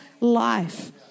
life